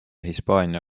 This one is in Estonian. hispaania